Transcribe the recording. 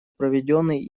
проведенный